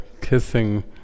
kissing